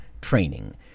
training